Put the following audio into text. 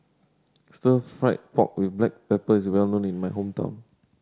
Stir Fried Pork With Black Pepper is well known in my hometown